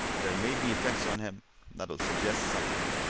there may be effects on him that'll suggest something.